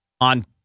on